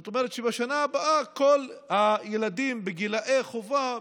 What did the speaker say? זאת אומרת, שבשנה הבאה כל הילדים בגילאי חובה,